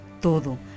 Todo